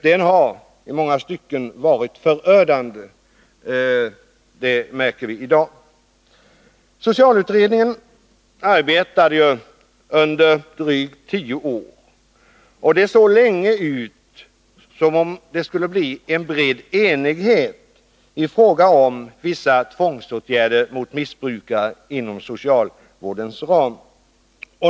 Den har i många stycken varit förödande — det märker vi i dag. Socialutredningen arbetade under drygt tio år, och det såg länge ut som om det skulle bli en bred enighet om vissa tvångsåtgärder mot missbrukare inom socialvårdens ram.